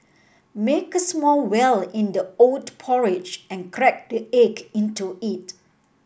make a small well in the oat porridge and crack the egg into it